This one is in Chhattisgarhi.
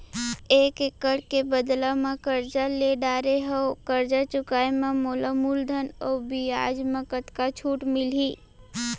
एक एक्कड़ के बदला म करजा ले डारे हव, करजा चुकाए म मोला मूलधन अऊ बियाज म कतका छूट मिलही?